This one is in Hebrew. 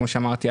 כמו שאמרתי,